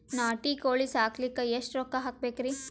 ನಾಟಿ ಕೋಳೀ ಸಾಕಲಿಕ್ಕಿ ಎಷ್ಟ ರೊಕ್ಕ ಹಾಕಬೇಕ್ರಿ?